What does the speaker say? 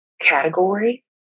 category